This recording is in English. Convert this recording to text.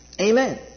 Amen